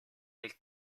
del